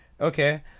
Okay